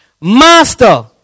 Master